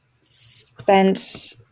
spent